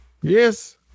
Yes